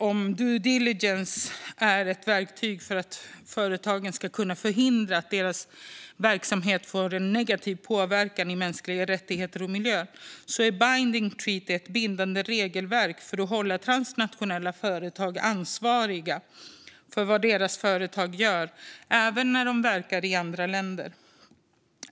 Om due diligence är ett verktyg för att företagen ska kunna förhindra att deras verksamhet får en negativ påverkan på mänskliga rättigheter och miljö är binding treaty ett bindande regelverk för att hålla transnationella företag ansvariga för vad deras företag gör, även när de verkar i andra länder.